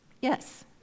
Yes